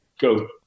go